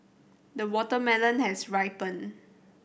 the watermelon has ripened